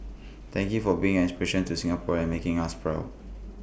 thank you for being inspiration to Singaporeans and making us proud